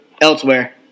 elsewhere